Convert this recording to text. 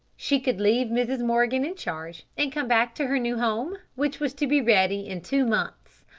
she could leave mrs. morgan in charge and come back to her new home, which was to be ready in two months.